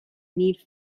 need